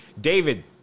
David